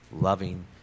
loving